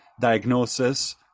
diagnosis